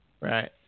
Right